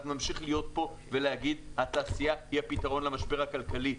אנחנו נמשיך להיות פה ולהגיד שהתעשייה היא הפתרון למשבר הכלכלי.